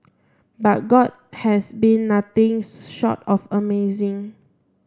but god has been nothing short of amazing